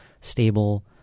stable